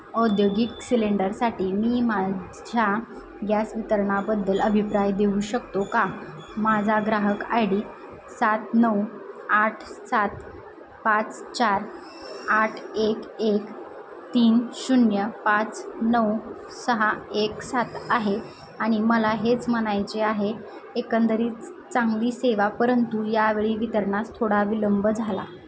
औद्योगिक सिलेंडरसाठी मी माझ्या गॅस वितरणाबद्दल अभिप्राय देऊ शकतो का माझा ग्राहक आय डी सात नऊ आठ सात पाच चार आठ एक एक तीन शून्य पाच नऊ सहा एक सात आहे आणि मला हेच म्हणायचे आहे एकंदरीत चांगली सेवा परंतु यावेळी वितरणास थोडा विलंब झाला